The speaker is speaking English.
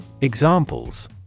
Examples